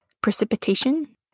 precipitation